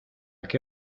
qué